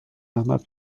احمد